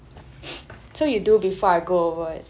so you do before I go over is it